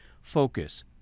focus